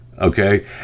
okay